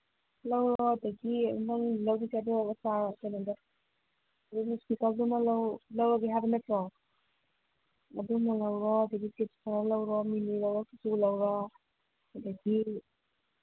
ꯂꯧꯔꯣ ꯑꯗꯒꯤ ꯅꯪ ꯂꯧꯗꯣꯏꯁꯦ ꯑꯗꯨꯒ ꯑꯆꯥꯔ ꯀꯩꯅꯣꯗ ꯃꯤꯛꯁ ꯄꯤꯀꯜꯗꯨꯃ ꯂꯧꯔꯒꯦ ꯍꯥꯏꯕ ꯅꯠꯇ꯭ꯔꯣ ꯑꯗꯨꯃ ꯂꯧꯔꯣ ꯑꯗꯒꯤ ꯆꯤꯞꯁ ꯈꯔ ꯂꯧꯔꯣ ꯃꯤꯃꯤ ꯂꯧꯔꯣ ꯀꯤꯇꯨ ꯂꯧꯔꯣ ꯑꯗꯒꯤ